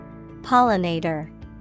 Pollinator